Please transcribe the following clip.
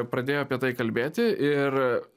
pradėjo apie tai kalbėti ir